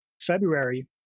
February